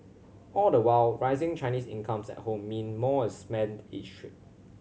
all the while rising Chinese incomes at home mean more is spent each trip